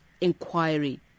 inquiry